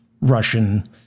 Russian